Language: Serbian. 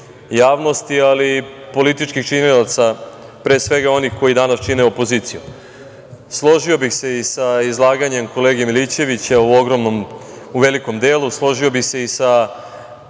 ali i političkih činilaca, pre svega onih koji danas čine opoziciju. Složio bih se i sa izlaganjem kolege Milićevića u velikom delu, složio bih se i sa